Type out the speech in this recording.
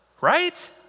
right